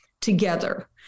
together